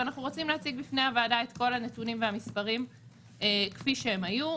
ואנחנו רוצים להציג בפני הוועדה את כל הנתונים והמספרים כפי שהם היו.